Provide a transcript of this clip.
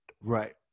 Right